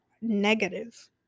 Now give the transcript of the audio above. negative